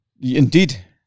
Indeed